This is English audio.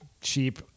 cheap